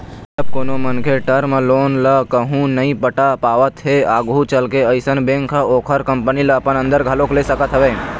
जब कोनो मनखे टर्म लोन ल कहूँ नइ पटा पावत हे आघू चलके अइसन बेंक ह ओखर कंपनी ल अपन अंदर घलोक ले सकत हवय